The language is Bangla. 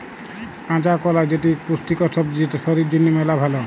কাঁচা কলা যেটি ইক পুষ্টিকর সবজি যেটা শরীর জনহে মেলা ভাল